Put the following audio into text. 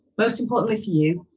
most importantly for you,